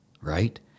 right